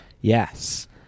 Yes